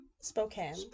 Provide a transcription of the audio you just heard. Spokane